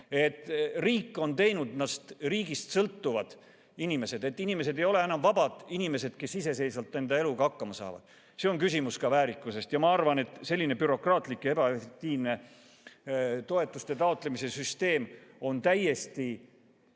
Riik on teinud neist riigist sõltuvad inimesed. Nad ei ole enam vabad inimesed, kes iseseisvalt enda eluga hakkama saavad. See on küsimus ka väärikusest. Ma arvan, et selline bürokraatlik ja ebaefektiivne toetuste taotlemise süsteem on täiesti